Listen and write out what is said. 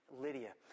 Lydia